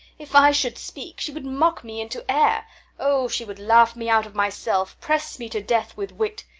if i should speak, she would mock me into air o! she would laugh me out of myself, press me to death with wit.